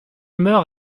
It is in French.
meurt